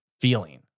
feeling